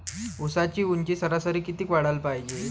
ऊसाची ऊंची सरासरी किती वाढाले पायजे?